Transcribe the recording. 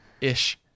Ish